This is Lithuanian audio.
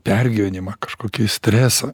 pergyvenimą kažkokį stresą